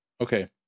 okay